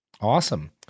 Awesome